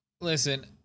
Listen